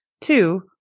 Two